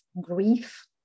grief